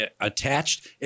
attached